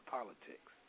politics